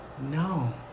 No